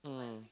mm